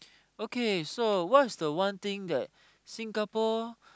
okay so what's the one thing that Singapore